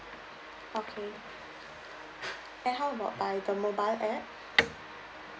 okay and how about by the mobile app